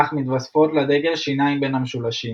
אך מתווספות לדגל שיניים בין המשולשים.